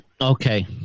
Okay